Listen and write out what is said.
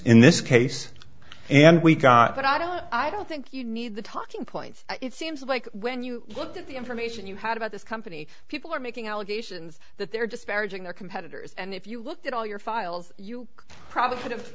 in this case and we've got i don't i don't think you need the talking points it seems like when you look at the information you had about this company people are making allegations that they're disparaging their competitors and if you look at all your files you probably would